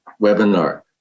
webinar